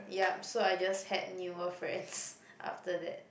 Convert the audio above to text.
yup so I just had newer friends after that